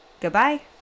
Goodbye